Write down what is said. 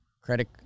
Credit